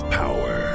power